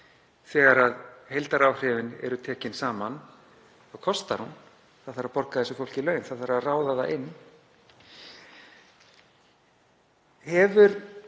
þegar heildaráhrifin eru tekin saman kostar hún. Það þarf að borga þessu fólki laun. Það þarf að ráða það inn.